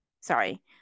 sorry